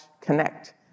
connect